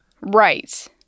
Right